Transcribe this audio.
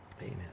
Amen